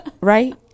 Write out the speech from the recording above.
Right